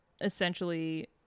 essentially